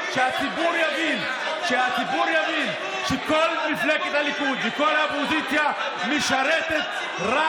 שרואים את הצביעות של הפוליטיקאים מהצד השני של המפה.